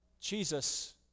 Jesus